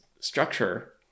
Structure